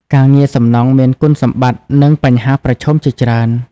ការងារសំណង់មានគុណសម្បត្តិនិងបញ្ហាប្រឈមជាច្រើន។